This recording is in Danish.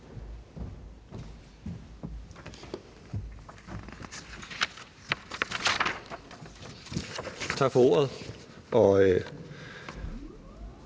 Tak for ordet.